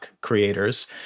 creators